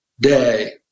day